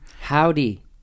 Howdy